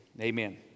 amen